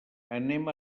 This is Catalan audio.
anem